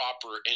proper